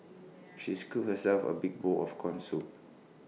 she scooped herself A big bowl of Corn Soup